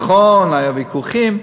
נכון, היו ויכוחים,